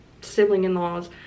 sibling-in-laws